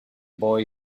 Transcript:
boy